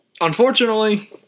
unfortunately